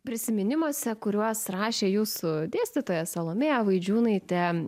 prisiminimuose kuriuos rašė jūsų dėstytoja salomėja vaidžiūnaitė